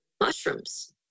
mushrooms